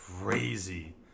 crazy